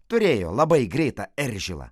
turėjo labai greitą eržilą